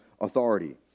authority